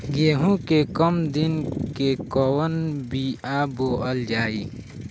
गेहूं के कम दिन के कवन बीआ बोअल जाई?